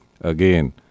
Again